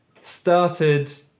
started